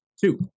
Two